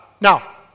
Now